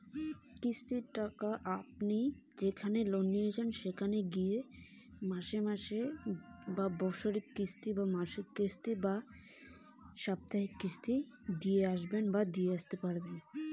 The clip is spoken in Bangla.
কিস্তির টাকা কেঙ্গকরি দিবার নাগীবে?